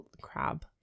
crab